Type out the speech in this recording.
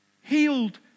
Healed